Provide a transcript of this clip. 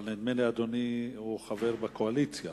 אבל נדמה לי שאדוני חבר בקואליציה,